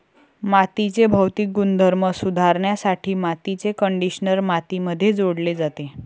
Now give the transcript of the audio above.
मातीचे भौतिक गुणधर्म सुधारण्यासाठी मातीचे कंडिशनर मातीमध्ये जोडले जाते